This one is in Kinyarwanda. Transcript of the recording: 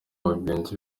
bagenzi